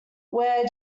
where